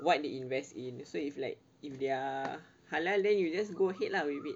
what they invest in so if like if they are halal then you just go ahead lah with it